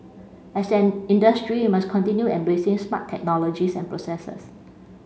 as an industry we must continue embracing smart technologies and processes